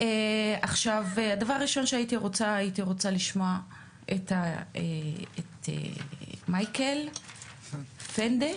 הדבר הראשון שהייתי רוצה זה לשמוע את מייקל פינדה,